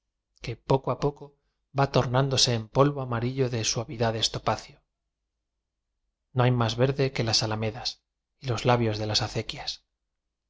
que poco a poco va tornándose en polvo amarillo de suavidades topacio no hay más verde que las alamedas y los labios de las acequias